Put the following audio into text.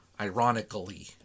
ironically